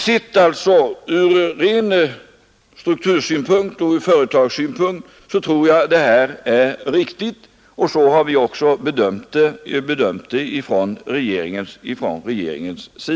Sedd från ren struktursynpunkt och företagssynpunkt tror jag åtgärden är riktig; så har också regeringen bedömt det.